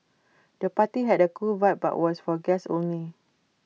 the party had A cool vibe but was for guests only